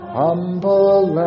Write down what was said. humble